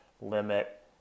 limit